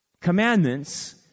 Commandments